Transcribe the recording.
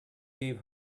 gave